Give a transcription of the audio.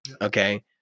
Okay